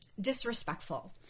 disrespectful